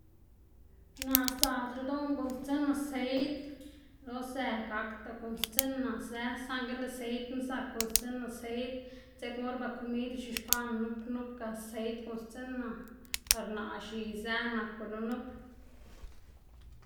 Naꞌ sdzaꞌlc̲h̲e ldoná guꞌnnstsiꞌnná seit lo zë gakda guꞌnnstsiꞌnná zë, saꞌngl seitna zak guꞌnnsstsiꞌnná seit dzekna or ba kumid ix̱uxkwaꞌná nup nupga seit guꞌnnstsiꞌnná par naꞌ x̱iy zë nak gunu nup.